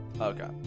Okay